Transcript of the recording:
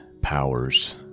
powers